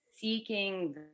seeking